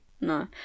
no